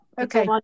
Okay